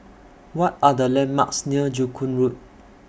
What Are The landmarks near Joo Koon Road